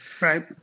Right